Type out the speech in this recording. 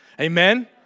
Amen